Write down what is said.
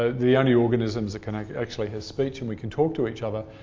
ah the only organisms that can actually have speech and we can talk to each other,